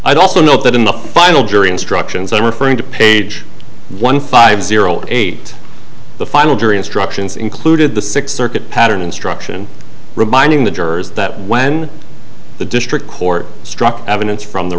i'd also note that in the final jury instructions i'm referring to page one five zero eight the final jury instructions included the six circuit pattern instruction reminding the jurors that when the district court struck evidence from the